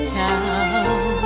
town